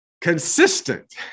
Consistent